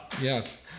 Yes